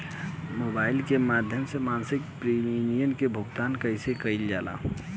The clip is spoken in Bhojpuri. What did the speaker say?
मोबाइल के माध्यम से मासिक प्रीमियम के भुगतान कैसे कइल जाला?